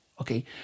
okay